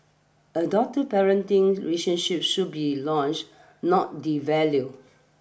adoptive parenting relationships should be not devalued